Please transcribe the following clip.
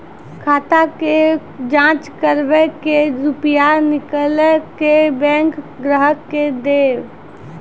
खाता के जाँच करेब के रुपिया निकैलक करऽ बैंक ग्राहक के देब?